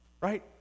right